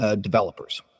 developers